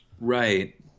Right